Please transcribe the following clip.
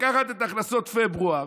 לקחת את ההכנסות פברואר,